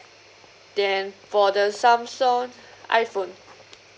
then for the Samsung iphone